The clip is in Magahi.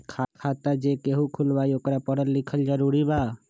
खाता जे केहु खुलवाई ओकरा परल लिखल जरूरी वा?